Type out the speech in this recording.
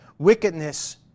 Wickedness